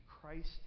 Christ